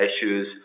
issues